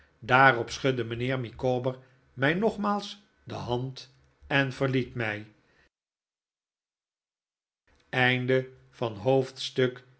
daarop schudde mijnheer micawber mij nogmaals de hand en verliet mij hoofdstuk